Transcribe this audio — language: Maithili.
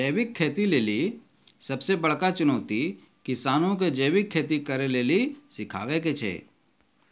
जैविक खेती लेली सबसे बड़का चुनौती किसानो के जैविक खेती करे के लेली सिखाबै के छै